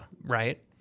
Right